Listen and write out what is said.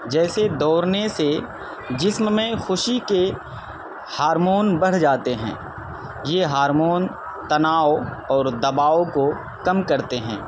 جیسے دوڑنے سے جسم میں خوشی کے ہارمون بڑھ جاتے ہیں یہ ہارمون تناؤ اور دباؤ کو کم کرتے ہیں